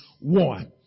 one